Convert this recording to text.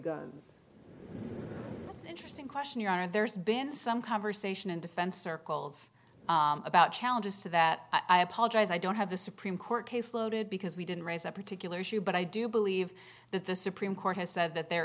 piri interesting question your honor there's been some conversation in defense circles about challenges to that i apologize i don't have the supreme court case loaded because we didn't raise a particular issue but i do believe that the supreme court has said that there